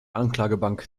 anklagebank